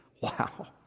Wow